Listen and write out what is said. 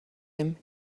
him